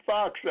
Fox